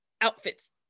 outfits